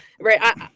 right